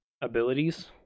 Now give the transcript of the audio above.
abilities